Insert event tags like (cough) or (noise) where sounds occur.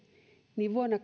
niin vuonna (unintelligible)